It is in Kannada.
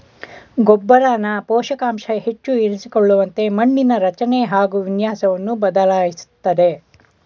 ಗೊಬ್ಬರನ ಪೋಷಕಾಂಶ ಹೆಚ್ಚು ಇರಿಸಿಕೊಳ್ಳುವಂತೆ ಮಣ್ಣಿನ ರಚನೆ ಹಾಗು ವಿನ್ಯಾಸವನ್ನು ಬದಲಾಯಿಸ್ತದೆ